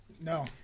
No